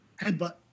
Headbutt